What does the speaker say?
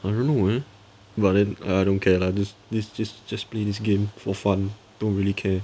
I don't know man but then I don't care lah this this this just play this game for fun don't really care